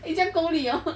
eh 将够力 hor